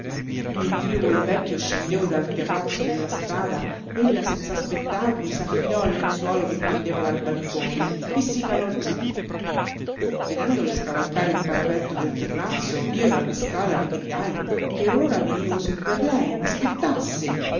nipotini mentr'io col vecchio scendevo dal terrazzo della strada ella senz'aspettarmi s'affidò al lenzuolo che pendeva dal balcone e si calò giù vedendole scavalcare il parapetto del terrazzo io dalla strada le gridai che or ora venivo su per lei m'aspettasse